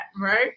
right